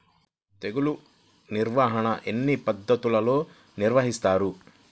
తెగులు నిర్వాహణ ఎన్ని పద్ధతులలో నిర్వహిస్తారు?